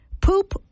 poop